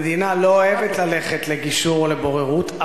המדינה לא אוהבת ללכת לגישור או לבוררות,